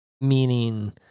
meaning